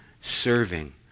serving